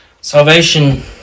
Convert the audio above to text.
Salvation